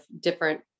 different